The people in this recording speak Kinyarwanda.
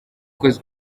kwezi